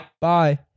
bye